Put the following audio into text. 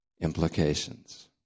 implications